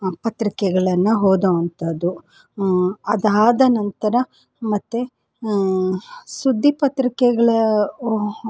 ಪತ್ರಿಕೆಗಳನ್ನು ಓದೋವಂಥದ್ದು ಅದಾದ ನಂತರ ಮತ್ತು ಸುದ್ದಿ ಪತ್ರಿಕೆಗಳ